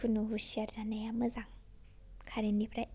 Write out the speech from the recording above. जिखुनु हुसियार जानाया मोजां खारेननिफ्राय